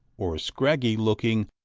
or scraggy-looking,